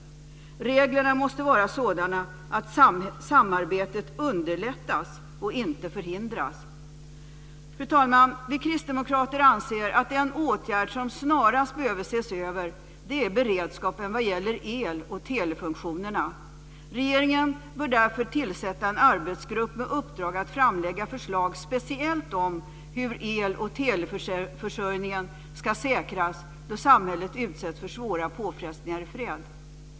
Reglerna måste vara sådana att samarbetet underlättas och inte förhindras. Fru talman! Vi kristdemokrater anser att den åtgärd som snarast behöver ses över är beredskapen vad gäller el och telefunktionerna. Regeringen bör därför tillsätta en arbetsgrupp med uppdrag att framlägga förslag speciellt om hur el och teleförsörjningen ska säkras då samhället utsätts för svåra påfrestningar i fred.